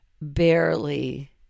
barely